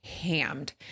hammed